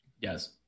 Yes